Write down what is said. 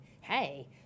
hey